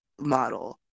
model